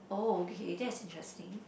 oh okay that's interesting